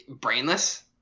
brainless